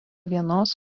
vienos